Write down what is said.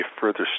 further